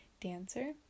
dancer